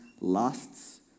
lusts